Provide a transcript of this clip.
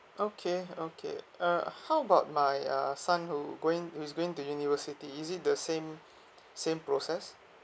okay okay uh how about my uh son who going who's going to university is it the same same process